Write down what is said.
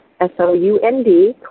S-O-U-N-D